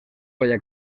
baya